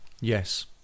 Yes